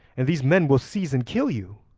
and these men will seize and kill you.